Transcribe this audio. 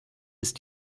ist